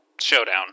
showdown